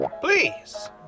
Please